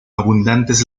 abundantes